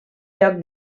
lloc